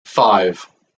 five